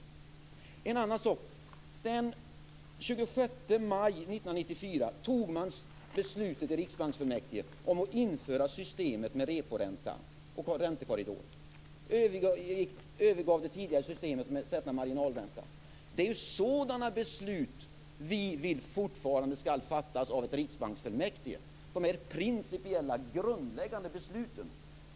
Den 26 maj 1994 fattade man beslut i riksbanksfullmäktige om att införa systemet med reporänta och räntekorridor och överge det tidigare systemet med marginalränta. Det är sådana beslut som vi vill fortfarande skall fattas av ett riksbanksfullmäktige, dvs. principiella, grundläggande beslut.